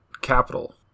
capital